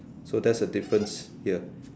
so that's the difference here